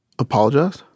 Apologize